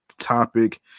topic